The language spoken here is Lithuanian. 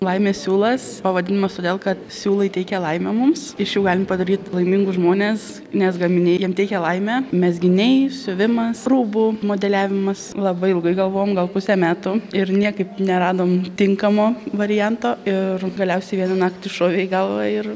laimės siūlas pavadinimas todėl kad siūlai teikia laimę mums iš jų galim padaryt laimingus žmones nes gaminiai jiem teikia laimę mezginiai siuvimas rūbų modeliavimas labai ilgai galvojom gal pusę metų ir niekaip neradome tinkamo varianto ir galiausiai vieną naktį šovė į galvą ir